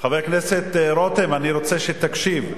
חבר הכנסת רותם, אני רוצה שתקשיב,